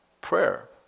prayer